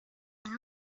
and